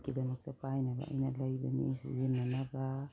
ꯏꯗꯀꯤꯗꯃꯛꯇ ꯄꯥꯏꯅꯕ ꯑꯩꯅ ꯂꯩꯕꯅꯤ ꯁꯤꯖꯤꯟꯅꯅꯕ